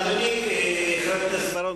אדוני חבר הכנסת בר-און,